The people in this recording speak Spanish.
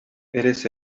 eres